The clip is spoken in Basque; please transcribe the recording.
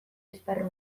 esparru